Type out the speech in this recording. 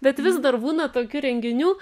bet vis dar būna tokių renginių